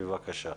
בבקשה.